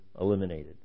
eliminated